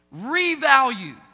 revalue